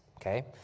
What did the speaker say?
okay